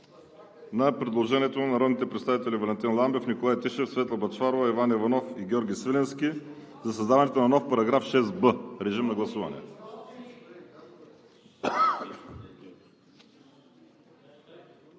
на предложението на народните представители Валентин Ламбев, Николай Тишев, Светла Бъчварова, Иван Иванов и Георги Свиленски за създаването на нов § 6б. Гласували